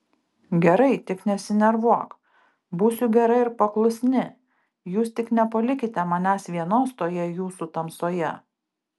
gerai tik nesinervuok būsiu gera ir paklusni jūs tik nepalikite manęs vienos toje jūsų tamsoje